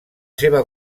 seva